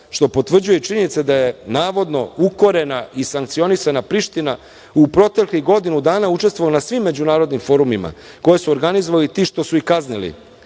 što potvrđuje i činjenica da je navodno ukorena i sankcionisana Priština u proteklih godinu dana učestvovala na svim međunarodnim forumima koje su organizovali ti što su ih kaznili.